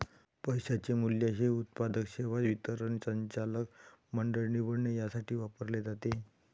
पैशाचे मूल्य हे उत्पादन, सेवा वितरण, संचालक मंडळ निवडणे यासाठी वापरले जाते